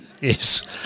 Yes